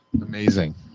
amazing